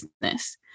business